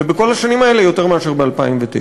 ובכל השנים האלה יותר מאשר ב-2009.